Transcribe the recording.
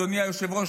אדוני היושב-ראש,